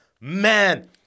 Man